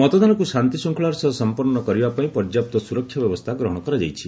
ମତଦାନକୁ ଶାନ୍ତି ଶ୍ଦଙ୍କଳାର ସହ ସମ୍ପନ୍ନ କରିବାପାଇଁ ପର୍ଯ୍ୟାପ୍ତ ସୁରକ୍ଷା ବ୍ୟବସ୍ଥା ଗ୍ରହଣ କରାଯାଇଛି